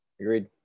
agreed